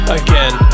again